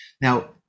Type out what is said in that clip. Now